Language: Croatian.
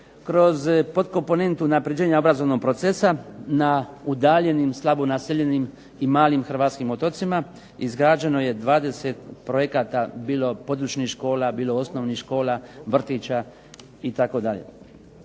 kroz podkomponentu unapređenju obrazovnog procesa, na udaljenim slabo naseljenim i malim hrvatskim otocima izgrađeno je 20 projekata bilo područnih škola, bilo osnovnih škola, vrtića itd.